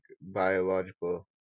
biological